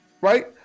right